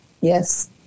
Yes